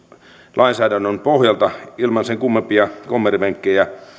lainsäädännön pohjalta ilman sen kummempia kommervenkkejä